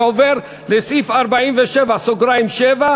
קבוצת סיעת ש"ס,